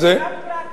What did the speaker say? גם פרט מוכמן.